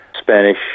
Spanish